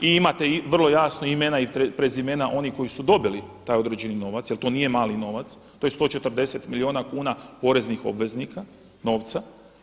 I imate vrlo jasno imena i prezimena onih koji su dobili taj određeni novac jer to nije mali novac, to je 140 milijuna kuna poreznih obveznika, novca.